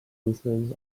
movement